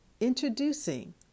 Introducing